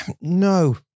no